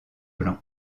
blanc